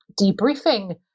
debriefing